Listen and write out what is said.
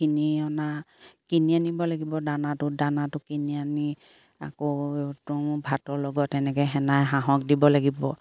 কিনি অনা কিনি আনিব লাগিব দানাটো দানাটো কিনি আনি আকৌ তুঁহ ভাতৰ লগত এনেকে হাঁহক দিব লাগিব